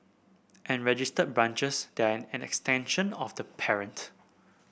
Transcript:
and registered branches an extension of the parent